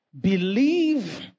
believe